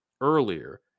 earlier